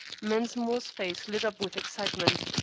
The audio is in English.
mensmore's face lit up with excitement.